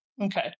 Okay